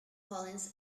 collins